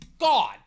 God